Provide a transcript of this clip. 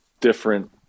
different